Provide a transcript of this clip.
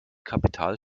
kapital